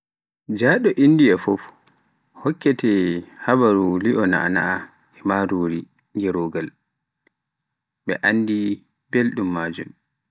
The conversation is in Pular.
Njaɗo Indiya fuf, hokkete habaruu, li'o na'ana e marori gerogal, ɓe anndi belɗum majum.